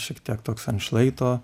šiek tiek toks ant šlaito